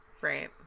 right